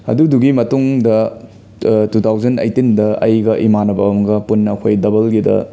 ꯑꯗꯨꯗꯨꯒꯤ ꯃꯇꯨꯡꯗ two thousand ꯑꯥꯏꯠꯇꯤꯟꯗ ꯑꯩꯒ ꯏꯃꯥꯟꯅꯕ ꯑꯝꯒ ꯄꯨꯟꯅ ꯑꯩꯈꯣꯏ ꯗꯕꯜꯒꯤꯗ